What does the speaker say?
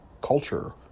culture